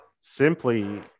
simply